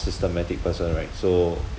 systematic person right so